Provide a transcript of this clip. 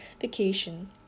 vacation